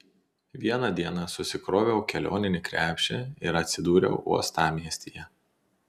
vieną dieną susikroviau kelioninį krepšį ir atsidūriau uostamiestyje